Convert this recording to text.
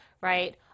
right